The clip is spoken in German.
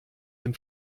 dem